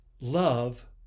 love